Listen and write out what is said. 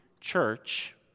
church